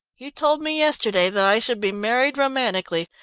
you told me yesterday that i should be married romantically,